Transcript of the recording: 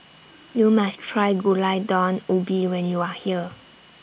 YOU must Try Gulai Daun Ubi when YOU Are here